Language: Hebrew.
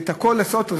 ואת הכול לעשות,